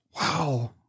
Wow